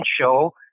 show